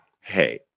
hey